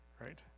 right